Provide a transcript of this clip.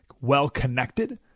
well-connected